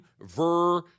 Ver